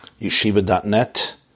yeshiva.net